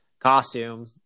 costume